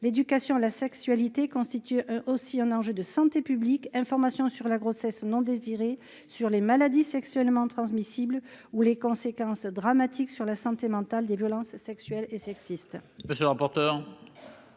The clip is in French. l'éducation à la sexualité constitue aussi un enjeu de santé publique information. Sur la grossesse non désirée, sur les maladies sexuellement transmissibles ou les conséquences dramatiques sur la santé mentale des violences sexuelles et sexistes.